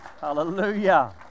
Hallelujah